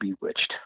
Bewitched